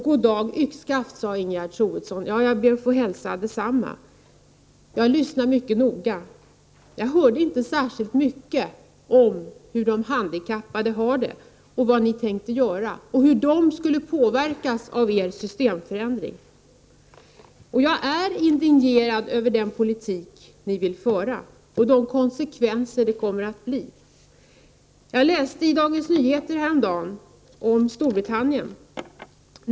Goddag-yxskaft, sade Ingegerd Troedsson. Ja, jag ber att få hälsa detsamma. Jag lyssnade mycket noga på Ingegerd Troedsson, men jag hörde inte särskilt mycket om hur de handikappade har det och vad ni tänkte göra, samt hur de handikappade skulle påverkas av er systemförändring. Och jag är indignerad över den politik ni vill föra och de konsekvenser som den skulle få. Jag läste i Dagens Nyheter häromdagen om Storbritannien.